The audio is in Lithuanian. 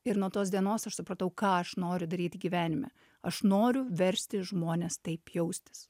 ir nuo tos dienos aš supratau ką aš noriu daryti gyvenime aš noriu versti žmones taip jaustis